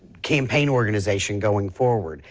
campaign organization going forward.